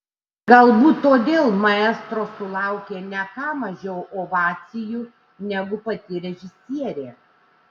galbūt todėl maestro sulaukė ne ką mažiau ovacijų negu pati režisierė